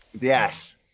Yes